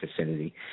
vicinity